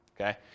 okay